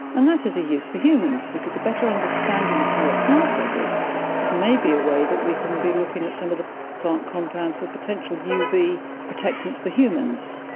and that is a use for humans because a better understanding of how a plant does it is maybe a way that we can be looking at some of the plant compounds for potential uv protectants for humans.